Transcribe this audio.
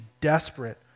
desperate